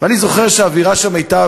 ואני זוכר שהאווירה שם הייתה,